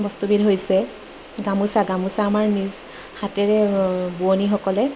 বস্তুবিধ হৈছে গামোচা গামোচা আমাৰ নিজ হাতেৰে বোৱনীসকলে